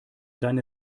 deine